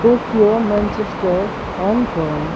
Tokyo Manchester Hong Kong